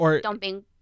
Dumping